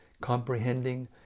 comprehending